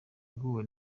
aguwe